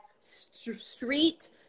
street